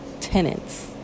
tenants